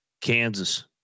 Kansas